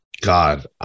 God